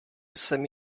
jsem